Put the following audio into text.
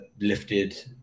lifted